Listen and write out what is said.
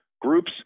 groups